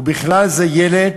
ובכלל זה ילד,